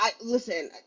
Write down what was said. listen